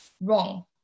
wrong